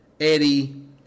Eddie